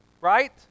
right